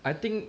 I think